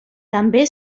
també